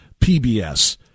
PBS